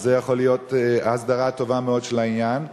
אז זו יכולה להיות הסדרה טובה מאוד של העניין.